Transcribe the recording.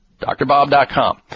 drbob.com